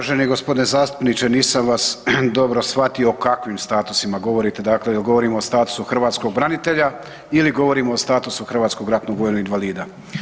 Uvaženi gospodine zastupniče nisam vas dobro shvatio o kakvim statusima govorite, dakle jel govorimo o statusu hrvatskog branitelja ili govorimo o statusu hrvatskog ratnog vojnog invalida.